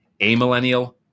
amillennial